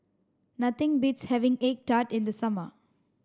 nothing beats having egg tart in the summer